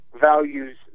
values